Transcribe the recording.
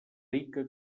rica